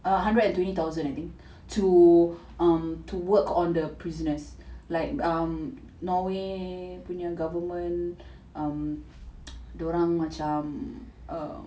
a hundred and twenty thousand I think um to work on the prisoners like um norway punya government um dorang macam um